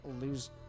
lose